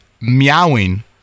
meowing